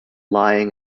lying